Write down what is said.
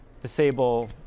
disable